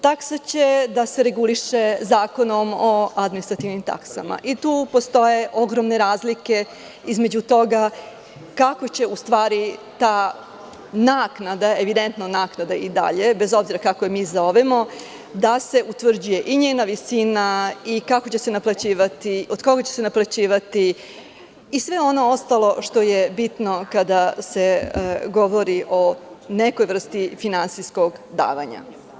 Taksa će da se reguliše Zakonom o administrativnim taksama i tu postoje ogromne razlike između toga kako će u stvari ta naknada, evidentno naknada i dalje, bez obzira kako je mi zovemo, da se utvrđuje, i njena visina i kako će se naplaćivati, od koga će se naplaćivati, i sve ono ostalo što je bitno kada se govori o nekoj vrsti finansijskog davanja.